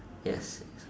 yes